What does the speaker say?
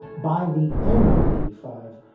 by the end of eighty five,